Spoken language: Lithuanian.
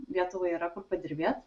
lietuvai yra kur padirbėt